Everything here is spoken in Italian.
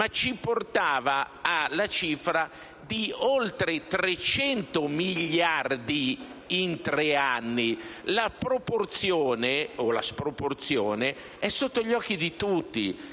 ma portava alla cifra di oltre 300 miliardi in tre anni. La proporzione (o la sproporzione) è sotto gli occhi di tutti.